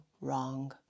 wrong